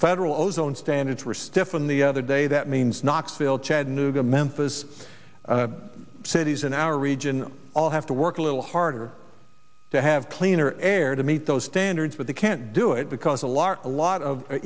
federal ozone standard for steffan the other day that means knoxville chattanooga memphis cities and our region all have to work a little harder to have cleaner air to meet those standards but they can't do it because a lot a lot of